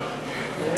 כן,